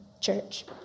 church